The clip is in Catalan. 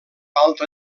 altre